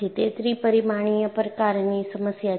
તે ત્રિ પરિમાણીય પ્રકારની સમસ્યા છે